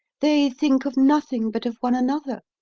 they think of nothing but of one another.